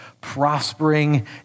prospering